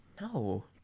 No